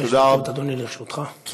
חמש דקות לרשותך, אדוני.